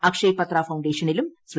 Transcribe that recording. അക്ഷയ് പത്ര ഫൌണ്ടേഷനിലും ശ്രീ